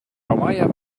meier